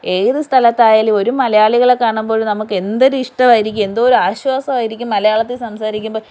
ഏത് സ്ഥലത്തായാലും ഒരു മലയാളികളെ കാണുമ്പോഴ് നമുക്ക് എന്തൊരു ഇഷ്ടമായിരിക്കും എന്തൊരു ആശ്വാസമായിരിക്കും മലയാളത്തിൽ സംസാരിക്കുമ്പം